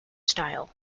style